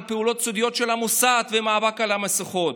על פעולות סודיות של המוסד ומאבק על מסכות.